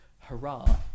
hurrah